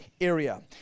area